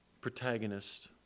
protagonist